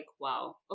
wow